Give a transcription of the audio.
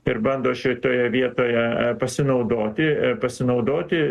ir bando šitoje vietoje pasinaudoti pasinaudoti